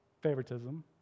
Favoritism